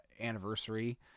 anniversary